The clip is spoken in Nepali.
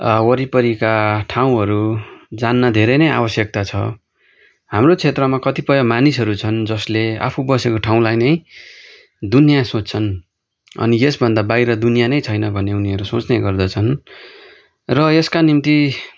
वरिपरिका ठाउँहरू जान्न धेरै नै आवश्यकता छ हाम्रो क्षेत्रमा कतिपय मानिसहरू छन् जसले आफू बसेको ठाउँलाई नै दुनिया सोच्छन् अनि यसभन्दा बाहिर दुनिया नै छैन भन्ने उनीहरू सोच्ने गर्दछन् र यसका निम्ति